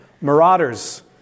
Marauders